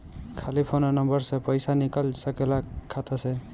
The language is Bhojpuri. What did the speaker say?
खाली फोन नंबर से पईसा निकल सकेला खाता से?